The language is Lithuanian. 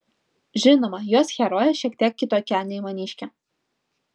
žinoma jos herojė šiek tiek kitokia nei maniškė